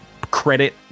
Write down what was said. credit